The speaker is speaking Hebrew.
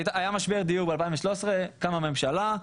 היה משבר דיור ב-2013, קמה ממשלה,